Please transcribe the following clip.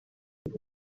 kuko